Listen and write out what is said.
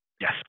Yes